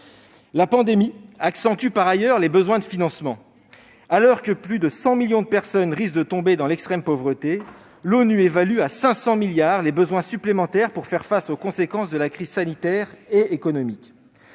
La pandémie accentue par ailleurs les besoins en termes de financement. Alors que plus de 100 millions de personnes risquent de tomber dans l'extrême pauvreté, l'ONU évalue à 500 milliards d'euros les besoins supplémentaires pour faire face aux conséquences de la crise sanitaire et économique.